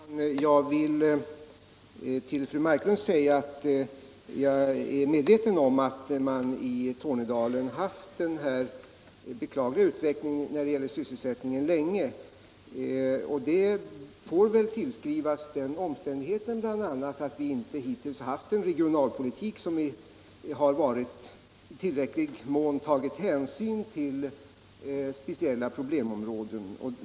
Herr talman! Jag vill till fru Marklund säga att jag är medveten om att man i Tornedalen länge haft den här beklagliga utvecklingen när det gäller sysselsättningen. Den får väl tillskrivas bl.a. den omständigheten att vi hittills inte haft en regionalpolitik som i tillräcklig mån tagit hänsyn till speciella problemområden.